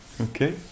Okay